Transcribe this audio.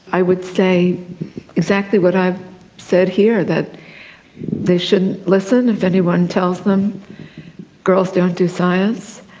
i would say exactly what i've said here, that they shouldn't listen if anyone tells them girls don't do science.